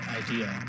idea